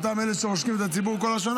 אותם אלה שעושקים את הציבור כל השנה,